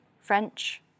French